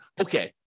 okay